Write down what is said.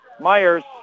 Myers